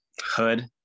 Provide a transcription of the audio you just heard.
Hood